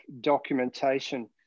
documentation